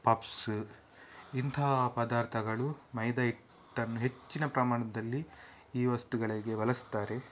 puffs ಇಂಥ ಪದಾರ್ಥಗಳು ಮೈದಾ ಹಿಟ್ಟನ್ನು ಹೆಚ್ಚಿನ ಪ್ರಮಾಣದಲ್ಲಿ ಈ ವಸ್ತುಗಳಿಗೆ ಬಳಸ್ತಾರೆ